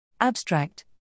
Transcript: Abstract